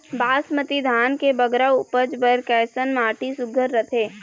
बासमती धान के बगरा उपज बर कैसन माटी सुघ्घर रथे?